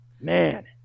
Man